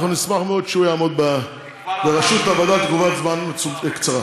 אנחנו נשמח מאוד שהוא יעמוד בראשות הוועדה תקופת זמן קצרה.